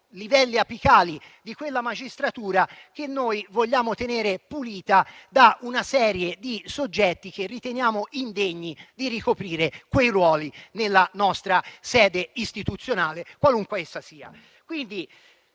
livelli apicali di quella magistratura che noi vogliamo tenere pulita da una serie di soggetti che riteniamo indegni di ricoprire quei ruoli in qualunque nostra sede istituzionale. In questa sede